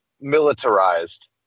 militarized